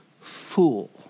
fool